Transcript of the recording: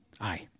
Aye